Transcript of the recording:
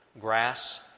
grass